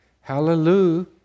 Hallelujah